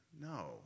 No